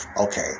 Okay